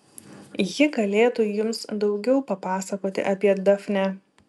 ji galėtų jums daugiau papasakoti apie dafnę